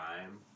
time